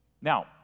Now